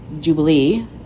jubilee